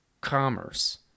commerce